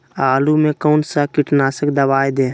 आलू में कौन सा कीटनाशक दवाएं दे?